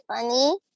funny